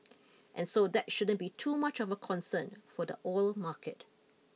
and so that shouldn't be too much of a concern for the oil market